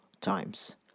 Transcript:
times